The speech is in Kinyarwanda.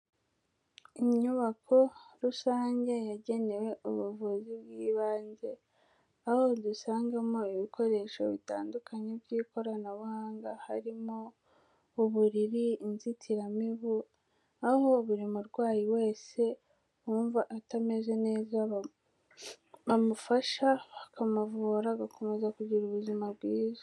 Inyubako rusange yagenewe ubuvuzi bw'ibanze, aho dusangamo ibikoresho bitandukanye by'ikoranabuhanga, harimo uburiri, inzitiramibu, aho buri murwayi wese wumva atameze neza bamufasha bakamuvura agakomeza kugira ubuzima bwiza.